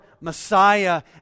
Messiah